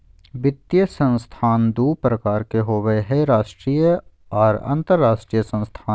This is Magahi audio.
वित्तीय संस्थान दू प्रकार के होबय हय राष्ट्रीय आर अंतरराष्ट्रीय संस्थान